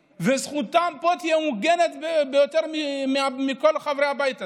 וזכותם פה תהיה מוגנת יותר מכל חברי הבית הזה.